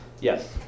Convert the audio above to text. yes